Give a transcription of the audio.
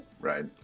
Right